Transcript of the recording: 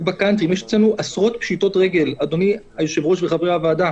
אדוני וחברי הוועדה